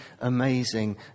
amazing